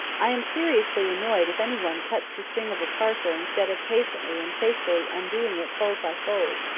i am seriously annoyed if any one cuts the string of a parcel instead of patiently and faithfully undoing it fold by fold.